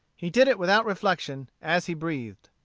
he did it without reflection, as he breathed.